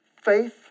Faith